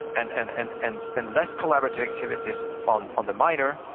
and and and and spend less collaborative activities on on the minor,